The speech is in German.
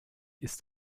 ist